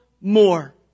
more